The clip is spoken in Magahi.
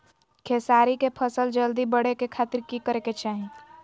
खेसारी के फसल जल्दी बड़े के खातिर की करे के चाही?